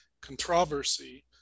controversy